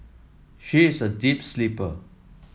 she is a deep sleeper